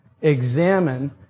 examine